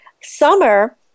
summer